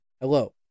Hello